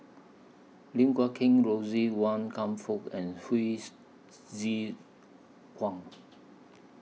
Lim Guat Kheng Rosie Wan Kam Fook and Hsu Tse Kwang